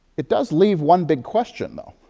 it does leave one big question, though,